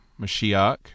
Mashiach